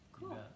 Cool